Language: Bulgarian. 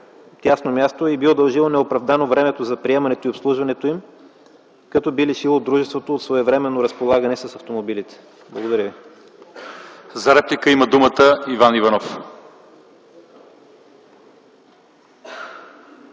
тясно място и би удължило неоправдано времето за приемането и обслужването им като би лишило дружеството от своевременно разполагане с автомобилите. Благодаря ви. ПРЕДСЕДАТЕЛ ЛЪЧЕЗАР ИВАНОВ: За реплика има думата Иван Иванов.